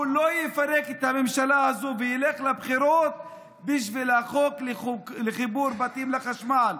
הוא לא יפרק את הממשלה הזו וילך לבחירות בשביל החוק לחיבור בתים לחשמל.